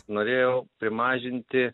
norėjau primažinti